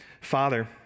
Father